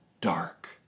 dark